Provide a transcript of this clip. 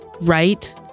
right